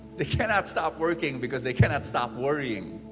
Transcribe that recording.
they cannot stop working because they cannot stop worrying.